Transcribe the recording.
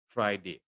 Friday